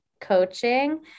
coaching